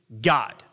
God